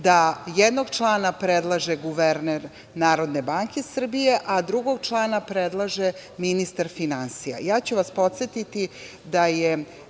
da jednog člana predlaže guverner Narodne banke Srbije, a drugog člana predlaže ministar finansija. Podsetiću vas da je